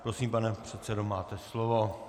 Prosím, pane předsedo, máte slovo.